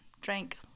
drank